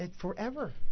Forever